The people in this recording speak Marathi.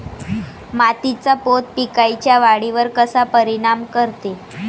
मातीचा पोत पिकाईच्या वाढीवर कसा परिनाम करते?